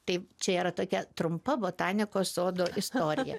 tai čia yra tokia trumpa botanikos sodo istorija